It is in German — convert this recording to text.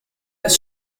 des